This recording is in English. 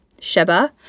Sheba